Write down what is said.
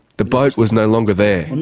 the boat was no longer there.